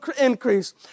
increase